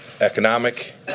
economic